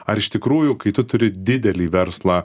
ar iš tikrųjų kai tu turi didelį verslą